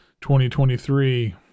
2023